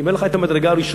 אם אין לך המדרגה הראשונה,